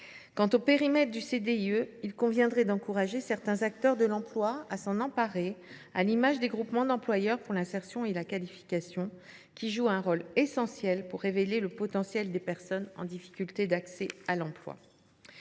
Quant au périmètre du CDIE, il conviendrait d’encourager certains acteurs de l’emploi à s’en emparer, à l’image des groupements d’employeurs pour l’insertion et la qualification (Geiq), qui jouent un rôle essentiel pour révéler le potentiel des personnes connaissant des difficultés d’accès à l’emploi.